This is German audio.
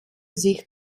sich